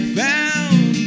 found